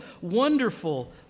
wonderful